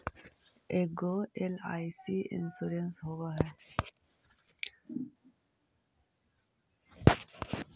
ऐगो LIC insurance होव है?